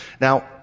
Now